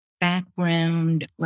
Background